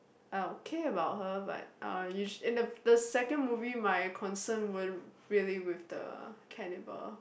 uh okay about her but uh the the second movie my concern were really with the cannibal